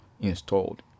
installed